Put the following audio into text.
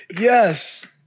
Yes